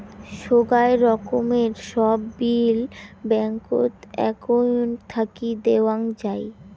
সোগায় রকমের সব বিল ব্যাঙ্কত একউন্ট থাকি দেওয়াং যাই